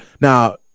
Now